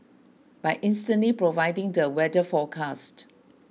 by instantly providing the weather forecast